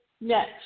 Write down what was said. next